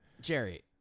Jerry